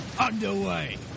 underway